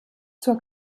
zur